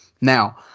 Now